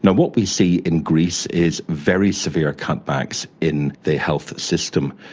what we see in greece is very severe cutbacks in the health system,